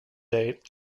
date